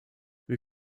wir